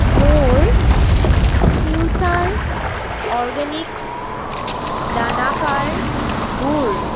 মোৰ future organics দানাকাৰ গুড়